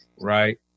right